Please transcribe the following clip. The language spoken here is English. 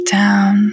down